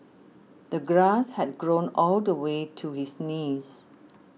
the grass had grown all the way to his knees